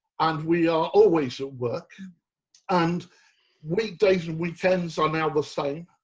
and we are always at work and week days and weekends are now the same.